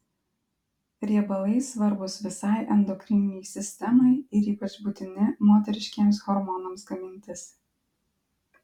riebalai svarbūs visai endokrininei sistemai ir ypač būtini moteriškiems hormonams gamintis